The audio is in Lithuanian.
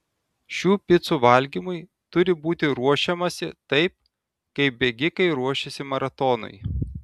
šių picų valgymui turi būti ruošiamasi taip kaip bėgikai ruošiasi maratonui